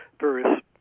various